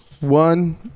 one